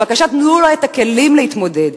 בבקשה, תנו את הכלים להתמודד.